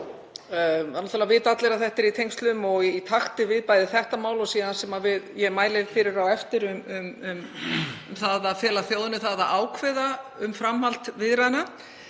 náttúrlega allir að þetta er í tengslum og í takt við bæði þetta mál og síðan það sem ég mæli fyrir á eftir um að fela þjóðinni að ákveða um framhald viðræðna